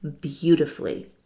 beautifully